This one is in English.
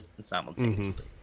simultaneously